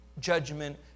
judgment